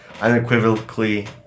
unequivocally